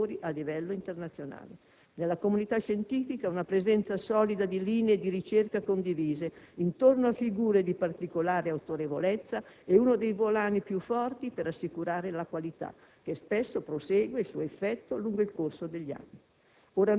a livello internazionale. Nella comunità scientifica una presenza solida di linee di ricerca condivise, intorno a figure di particolare autorevolezza, è uno dei volani più forti per assicurare la qualità, che spesso prosegue il suo effetto lungo il corso degli anni.